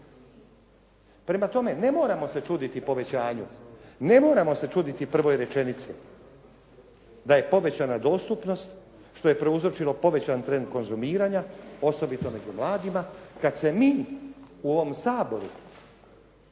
Prema tome ne moramo se čuditi povećanju, ne moramo se čuditi prvoj rečenici da je povećana dostupnost što je prouzročilo povećan trend konzumiranja osobito među mladima kad se mi u ovom Saboru